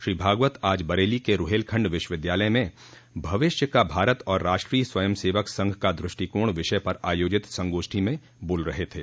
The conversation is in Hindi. श्री भागवत आज बरेली के रूहेलखण्ड विश्वविद्यालय में भविष्य का भारत और राष्ट्रीय स्वयंसेवक संघ का द्रष्टिकोण विषय पर आयोजित संगोष्ठी में बोल रहे थे